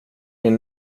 min